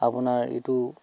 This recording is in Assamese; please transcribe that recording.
আপোনাৰ এইটো